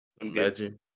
imagine